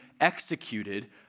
executed